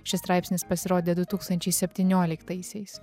šis straipsnis pasirodė du tūkstančiai septynioliktaisiais